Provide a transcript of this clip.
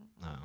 No